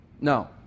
No